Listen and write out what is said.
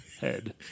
head